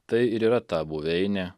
tai ir yra ta buveinė